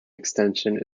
extension